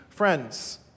Friends